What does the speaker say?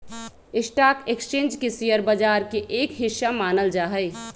stock exchange के share बाजार के एक हिस्सा मानल जा हई